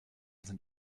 sind